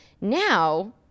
now